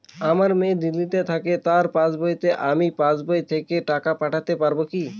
আমার মেয়ে দিল্লীতে থাকে তার পাসবইতে আমি পাসবই থেকে টাকা পাঠাতে পারব কি?